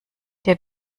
der